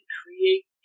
create